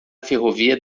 ferrovia